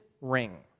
ring